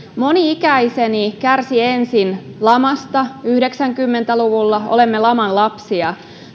moni ikäiseni kärsi ensin lamasta yhdeksänkymmentä luvulla olemme laman lapsia